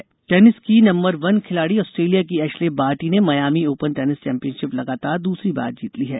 tennis tennis की number एक खिलाड़ी ऑस्ट्रेलिया की एश्ले बार्टी ने मायामी ओपन टेनिस चैंपियनशिप लगातार द्सरी बार जीत ली है